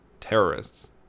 terrorists